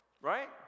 Right